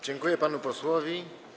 Dziękuję panu posłowi.